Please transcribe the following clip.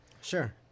Sure